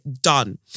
done